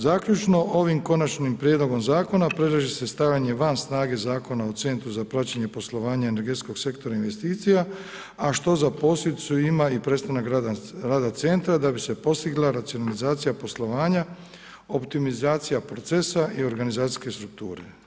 Zaključno, ovim konačnim prijedlogom zakona predlaže se stavljanje van snage Zakon o centru za praćenje poslovanja energetskog sektora investicija a što za posljedicu ima i prestanak rada centra da bi se postigla racionalizacija poslovanja, optimizacija procesa i organizacijske strukture.